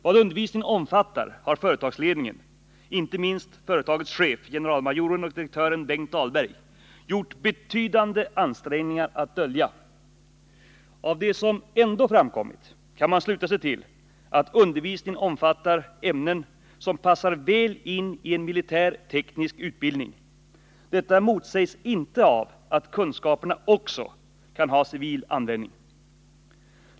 Vad undervisningen omfattar har företagsledningen — och inte minst företagets chef, generalmajoren och direktören Benkt Dahlberg — gjort betydande ansträngningar att dölja. Av det som ändå framkommit kan man sluta sig till att undervisningen omfattar ämnen som passar väl in i en militär teknisk utbildning. Detta motsägs inte av att kunskaperna också kan ha civil användning.